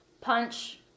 punch